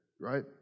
right